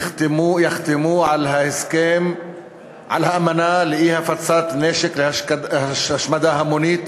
יחתמו על האמנה לאי-הפצת נשק להשמדה המונית,